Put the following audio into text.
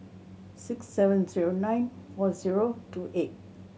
six seven zero nine four zero two eight